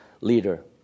leader